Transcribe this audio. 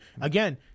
again